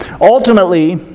Ultimately